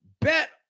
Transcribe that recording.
Bet